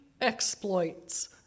exploits